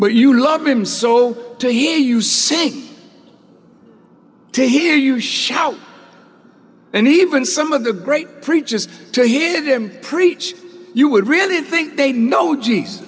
but you love him so to hear you saying take hear you shout and even some of the great preachers to hear them preach you would really think they know je